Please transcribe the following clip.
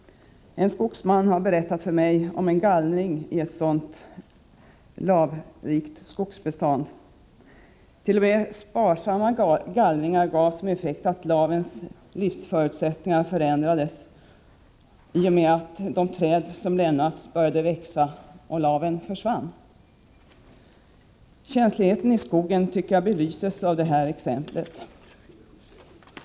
En skogsman har berättat för mig om gallring i ett sådant lavrikt skogsbestånd. T. o. m. sparsamma gallringar gav som effekt att lavens livsförutsättningar förändrades — i och med att de träd som lämnats började växa — och laven försvann. Jag tycker att skogens känslighet belyses väl av det här exemplet.